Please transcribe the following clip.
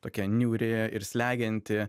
tokia niūri ir slegianti